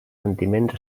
sentiments